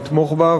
נתמוך בה,